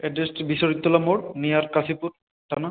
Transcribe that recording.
অ্যাড্রেসটা বিশ্বজিৎতলা মোড় নিয়ার কাশীপুর থানা